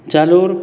Jalore